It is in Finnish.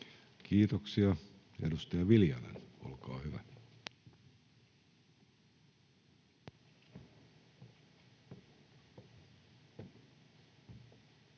Kiitoksia. — Edustaja Viljanen, olkaa hyvä.